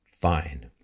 fine